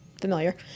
familiar